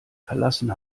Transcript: verlassen